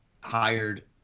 hired